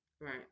Right